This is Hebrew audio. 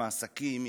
מעסקים,